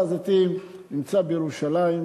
הר-הזיתים נמצא בירושלים,